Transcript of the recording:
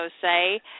say